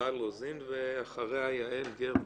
מיכל רוזין, אחריה יעל גרמן.